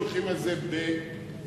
הולכים על זה ברצינות,